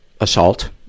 assault